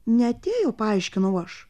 neatėjo paaiškinau aš